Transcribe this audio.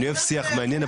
אני אוהב שיח מעניין,